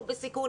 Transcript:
הוא בסיכון,